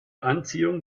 anziehung